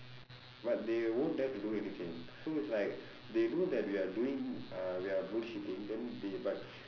but they won't dare to do anything so it's like they know that we are doing uh we are bullshitting then they but